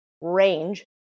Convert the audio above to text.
Range